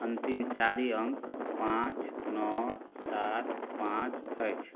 अन्तिम चारि अङ्क पाँच नओ सात पाँच अछि